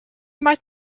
might